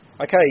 okay